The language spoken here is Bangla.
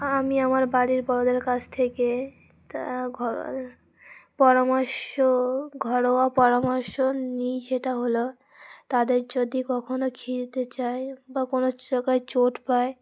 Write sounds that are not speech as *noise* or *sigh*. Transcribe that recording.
আমি আমার বাড়ির বড়োদের কাছ থেকে তা ঘরোয়া পরামর্শ ঘরোয়া পরামর্শ নিই সেটা হলো তাদের যদি কখনও *unintelligible* চায় বা কোনো জায়গায় চোট পায়